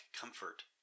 comfort